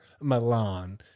Milan